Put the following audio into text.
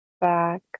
back